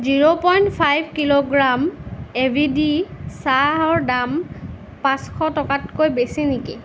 zero point five kilogram A V T চাহৰ দাম পাঁচশ টকাতকৈ বেছি নেকি